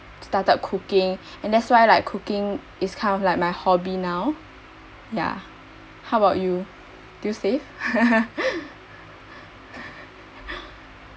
started cooking and that's why like cooking is kind of like my hobby now ya how about you do you save